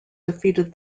defeated